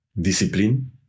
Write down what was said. discipline